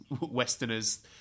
Westerners